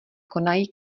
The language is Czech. konají